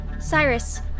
Cyrus